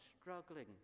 struggling